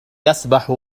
يسبح